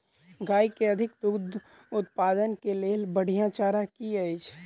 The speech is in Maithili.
गाय केँ अधिक दुग्ध उत्पादन केँ लेल बढ़िया चारा की अछि?